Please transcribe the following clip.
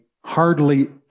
hardly